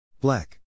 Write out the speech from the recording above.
Black